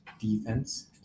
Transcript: defense